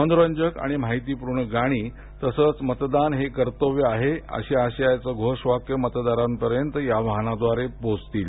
मनोरंजक आणि माहितीपूर्ण गाणी तसंच मतदान हे कर्तव्य आहे अशा आशयाची घोषवाक्य मतदारांपर्यंत या वाहनाद्वारे पोहोचतील